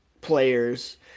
players